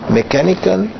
mechanical